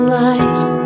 life